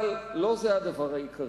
אבל לא זה הדבר העיקרי.